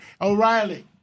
O'Reilly